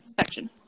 section